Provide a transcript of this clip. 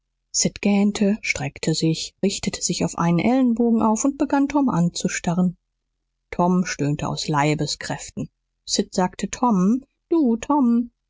streckte sich richtete sich auf einem ellbogen auf und begann tom anzustarren tom stöhnte aus leibeskräften sid sagte tom du tom